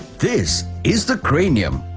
this is the cranium.